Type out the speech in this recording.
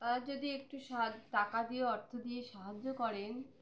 তাদের যদি একটু সা টাকা দিয়ে অর্থ দিয়ে সাহায্য করেন